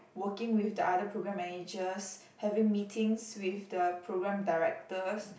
working with the other program managers having meetings with the program directors